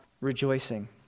rejoicing